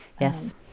Yes